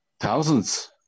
thousands